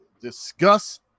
discuss